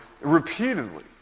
repeatedly